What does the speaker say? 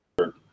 sure